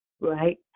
right